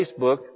Facebook